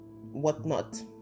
whatnot